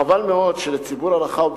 חבל מאוד שלציבור הרחב,